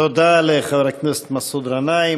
תודה לחבר הכנסת מסעוד גנאים.